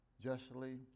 justly